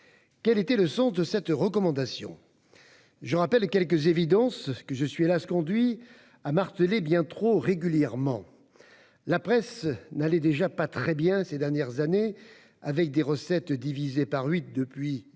Quel était le sens de cette recommandation ? Je rappellerai quelques évidences, que je suis- hélas ! -conduit à marteler bien trop régulièrement. La presse n'allait déjà pas très bien ces dernières années, avec des recettes divisées par huit depuis 2000